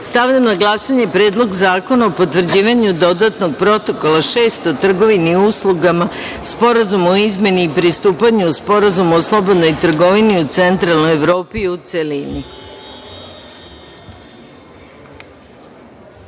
na glasanje Predlog zakona o potvrđivanju Dodatnog protokola 6 o trgovini uslugama Sporazuma o izmeni i pristupanju Sporazumu o slobodnoj trgovini u Centralnoj Evropi, u